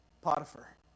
Potiphar